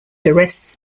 arrests